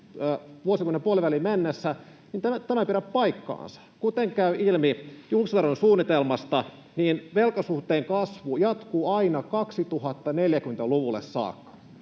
vuosikymmenen puoliväliin mennessä, niin tämä ei pidä paikkaansa. Kuten käy ilmi julkisen talouden suunnitelmasta, velkasuhteen kasvu jatkuu aina 2040-luvulle saakka